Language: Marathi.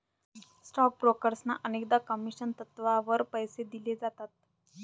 स्टॉक ब्रोकर्सना अनेकदा कमिशन तत्त्वावर पैसे दिले जातात